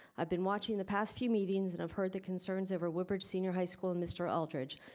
i've been watching the past few meetings and i've heard the concerns over woodbridge senior high school mr. eldredge.